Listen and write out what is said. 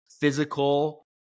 physical